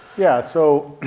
yeah so,